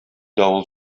давыл